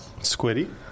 Squiddy